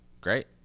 great